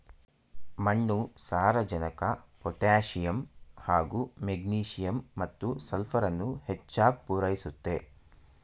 ಮಣ್ಣು ಸಾರಜನಕ ಪೊಟ್ಯಾಸಿಯಮ್ ಹಾಗೂ ಮೆಗ್ನೀಸಿಯಮ್ ಮತ್ತು ಸಲ್ಫರನ್ನು ಹೆಚ್ಚಾಗ್ ಪೂರೈಸುತ್ತೆ